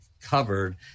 covered